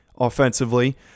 offensively